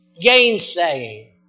gainsaying